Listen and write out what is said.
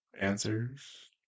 answers